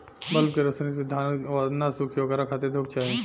bulb के रौशनी से धान न सुखी ओकरा खातिर धूप चाही